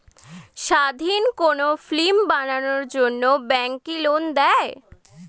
স্বাধীন কোনো ফিল্ম বানানোর জন্য ব্যাঙ্ক কি লোন দেয়?